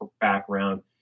background